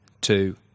two